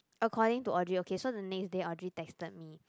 according to audio okay so the name is that Audrey texted me